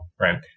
Right